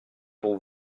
pour